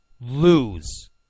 lose